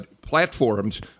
platforms